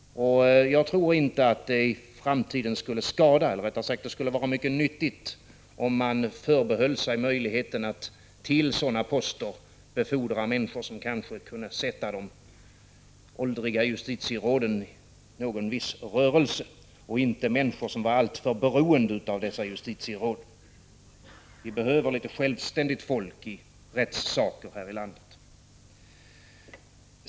Jag tror att det i framtiden skulle vara mycket nyttigt om man förbehöll sig möjligheten att till sådana poster befordra människor som kanske kunde sätta de åldriga justitieråden i viss rörelse och inte människor som var alltför beroende av dessa justitieråd. Vi behöver litet självständigt folk i rättssaker här i landet.